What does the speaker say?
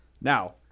Now